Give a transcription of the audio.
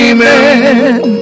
Amen